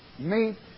meat